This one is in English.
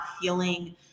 feeling